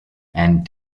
and